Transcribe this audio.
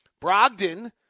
Brogdon